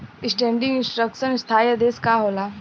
Standing instruction स्थाई आदेश का होला?